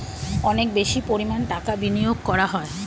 অনেক বেশি পরিমাণ টাকা বিনিয়োগ করা হয়